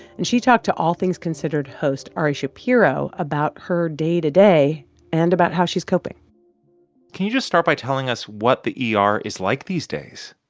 and she talked to all things considered host ari shapiro about her day to day and about how she's coping can you just start by telling us what the er is like these days?